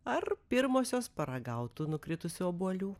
ar pirmosios paragautų nukritusių obuolių